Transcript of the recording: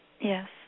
Yes